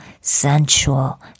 sensual